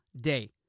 day